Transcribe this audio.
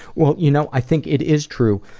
well you know i think it is true,